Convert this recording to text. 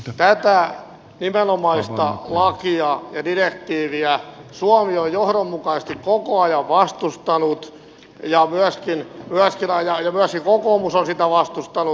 tätä nimenomaista lakia ja direktiiviä suomi on johdonmukaisesti koko ajan vastustanut ja myöskin kokoomus on sitä vastustanut